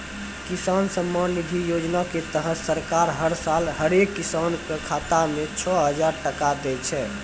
किसान सम्मान निधि योजना के तहत सरकार हर साल हरेक किसान कॅ खाता मॅ छो हजार टका दै छै